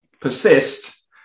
persist